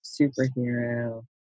superhero